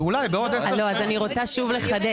ואולי בעוד עשר שנים --- אני רוצה לחדד